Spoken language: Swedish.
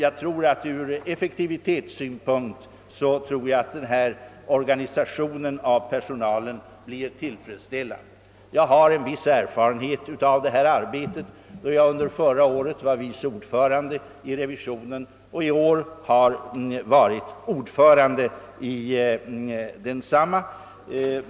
Ur effektivitetssynpunkt tror jag att den organisationen av personalen blir tillfredsställande. Jag har en viss erfarenhet av detta arbete, eftersom jag förra året var vice ordförande i revisionen och i år har varit ordförande där.